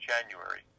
january